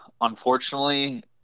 unfortunately